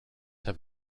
have